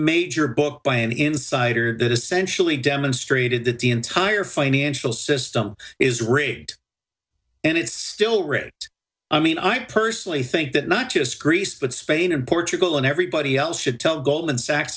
major book by an insider that essentially demonstrated that the entire financial system is rigged and it's still writ i mean i personally think that not just greece but spain and portugal and everybody else should tell goldman sachs